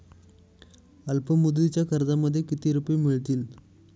अल्पमुदतीच्या कर्जामध्ये किती रुपये मिळतील?